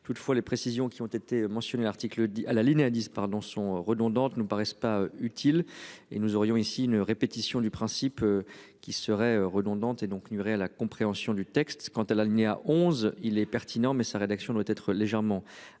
toutefois les précisions qui ont été mentionnés, l'article dit à La Linea dise pardon sont redondantes nous paraissent pas utile et nous aurions ici une répétition du principe qu'il serait redondante et donc nuirait à la compréhension du texte. Quant à l'alinéa 11 il est pertinent, mais sa rédaction doit être légèrement